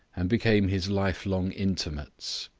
and became his lifelong intimates,